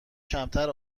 کمتر